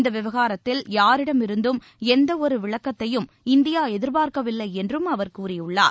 இந்தவிவகாரத்தில் யாரிடமிருந்தும் எந்தஒருவிளக்கத்தையும் இந்தியாஎதிர்பார்க்கவில்லைஎன்றும் அவர் கூறியுள்ளார்